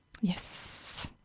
yes